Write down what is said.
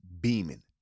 beaming